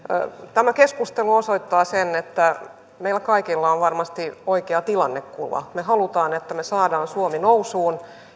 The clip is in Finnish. tämä keskustelu osoittaa sen että meillä kaikilla on varmasti oikea tilannekuva me haluamme että me saamme suomen nousuun